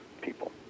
people